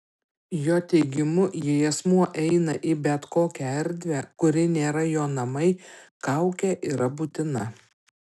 jo teigimu jei asmuo eina į bet kokią erdvę kuri nėra jo namai kaukė yra būtina